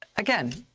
again,